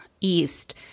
east